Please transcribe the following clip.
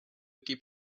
keep